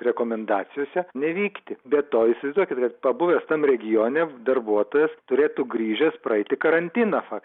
rekomendacijose nevykti be toįsivaizduokite pabuvęs tam regione darbuotojas turėtų grįžęs praeiti karantiną